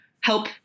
help